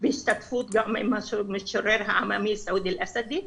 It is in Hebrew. בהצטרפות גם של המשורר העממי סעוד אלאסדי,